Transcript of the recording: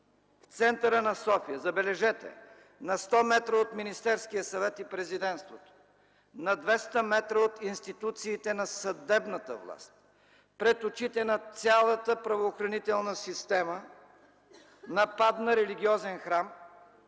в центъра на София, забележете, на 100 м от Министерския съвет и Президентството, на 200 м от институциите на съдебната власт, пред очите на цялата правоохранителна система нападна религиозен храм,